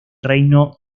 reino